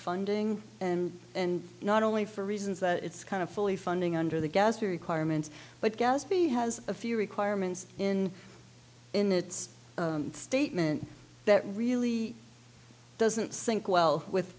funding and and not only for reasons that it's kind of fully funding under the gas requirements but gadsby has a few requirements in in its statement that really doesn't sync well with